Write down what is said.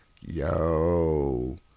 Yo